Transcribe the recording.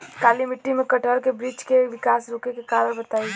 काली मिट्टी में कटहल के बृच्छ के विकास रुके के कारण बताई?